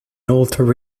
alter